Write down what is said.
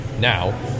Now